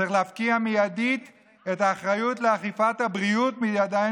צריך להפקיע מיידית את האחריות לאכיפת הבריאות מהידיים